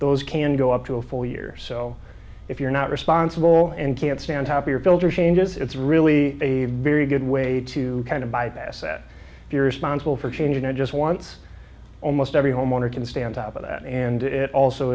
those can go up to a full year so if you're not responsible and can't stand happier filter changes it's really a very good way to kind of bypass that irresponsible for changing it just once almost every homeowner can stay on top of that and it also